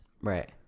Right